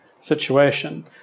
situation